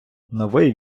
новий